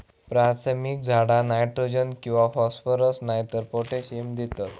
प्राथमिक झाडा नायट्रोजन किंवा फॉस्फरस नायतर पोटॅशियम देतत